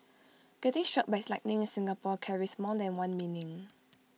getting struck by lightning in Singapore carries more than one meaning